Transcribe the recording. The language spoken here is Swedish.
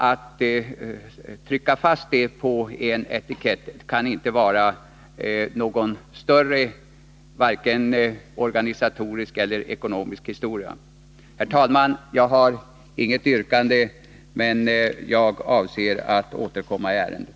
Att sätta fast en sådan tryckt etikett kan inte vara någon större vare sig organisatorisk eller ekonomisk historia. Herr talman! Jag har inget yrkande, men jag avser att återkomma i ärendet.